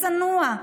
צנוע,